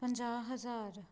ਪੰਜਾਹ ਹਜ਼ਾਰ